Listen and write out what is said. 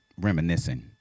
reminiscing